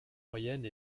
moyenne